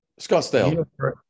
scottsdale